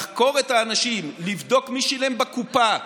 לחקור את האנשים, לבדוק מי שילם בקופה,